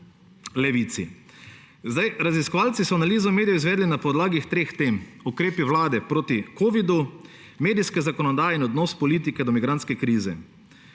levici. Raziskovalci so analizo medijev izvedli na podlagi treh tem: ukrepi vlade proti covidu-19, medijska zakonodaja in odnos politike do migrantske krize.